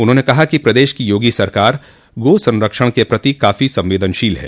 उन्होंने कहा कि प्रदेश की योगी सरकार गोसंरक्षण के प्रति काफी संवेदनशील है